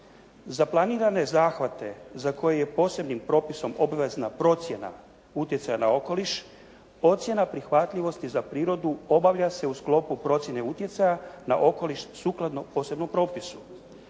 Za planirane zahvate za koje je posebnim propisom obvezna procjena utjecaja na okoliš ocjena prihvatljivosti za prirodu obavlja se u sklopu procjene utjecaja na okoliš sukladno posebnom propisu.